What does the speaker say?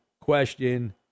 question